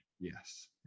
yes